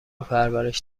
پرورش